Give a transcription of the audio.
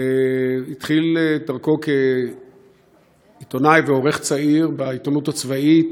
התחיל את דרכו כעיתונאי ועורך צעיר בעיתונות הצבאית,